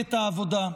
למפלגת העבודה.